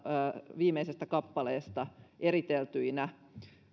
viimeisestä kappaleesta eriteltyinä